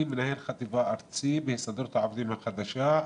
מנהל חטיבה ארצי בהסתדרות העובדים החדשה,